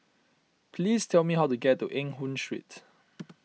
please tell me how to get to Eng Hoon Street